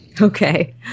Okay